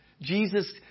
Jesus